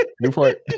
Newport